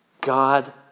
God